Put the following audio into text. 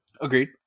Agreed